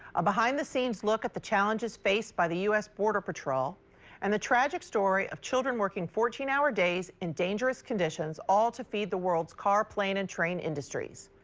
a behind the scenes look at the challenges faced by the us border patrol and the tragic story of children working fourteen hour days in dangerous conditions all to feed the world's car, plane and train industries.